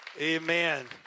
amen